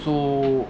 so